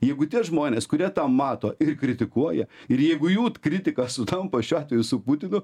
jeigu tie žmonės kurie tą mato ir kritikuoja ir jeigu jų kritika sutampa šiuo atveju su putinu